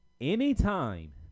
Anytime